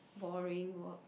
boring work